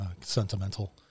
sentimental